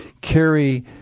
carry